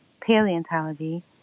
paleontology